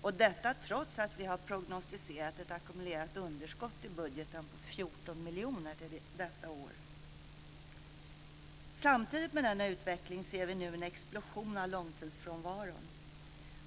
och detta trots att vi har prognostiserat ett ackumulerat underskott i budgeten på 14 miljoner för detta år. Samtidigt med denna utveckling ser vi nu en explosion av långtidsfrånvaro.